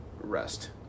rest